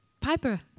Piper